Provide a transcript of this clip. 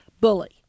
bully